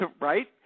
Right